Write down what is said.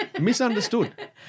Misunderstood